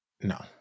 no